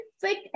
fit